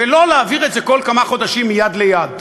ולא שיעבירו את זה כל כמה חודשים מיד ליד.